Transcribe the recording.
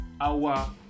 Awa